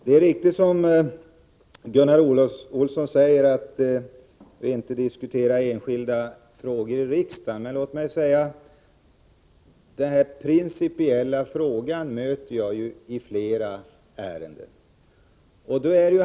Det är riktigt, som Gunnar Olsson säger, att vi inte diskuterar enskilda frågor i riksdagen, men den här principiella frågan möter jag i flera ärenden.